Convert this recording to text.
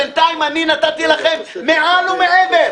בינתיים אני נתתי לכם מעל ומעבר.